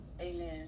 Amen